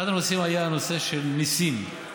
אחד הנושאים היה הנושא של ניסים,